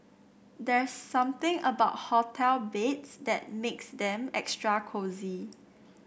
there's something about hotel beds that makes them extra cosy